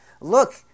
look